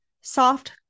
Soft